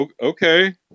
Okay